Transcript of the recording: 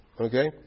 Okay